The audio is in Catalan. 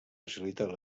facilita